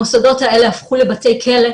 המוסדות האלה הפכו לבתי כלא,